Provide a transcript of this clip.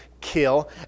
kill